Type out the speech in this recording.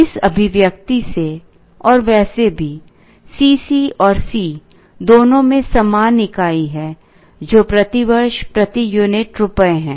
इस अभिव्यक्ति से और वैसे भी C c और C दोनों में समान इकाई है जो प्रति वर्ष प्रति यूनिट रुपये है